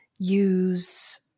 use